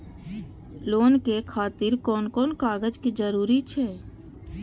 Loan के खातिर कोन कोन कागज के जरूरी छै?